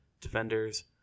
Defenders